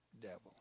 devil